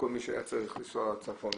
לכל מי שהיה צריך לנסוע צפונה,